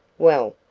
well,